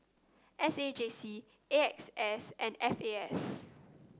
S A J C A X S and F A S